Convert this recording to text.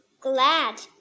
glad